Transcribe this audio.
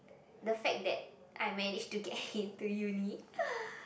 the fact that I managed to get into uni